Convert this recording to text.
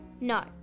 No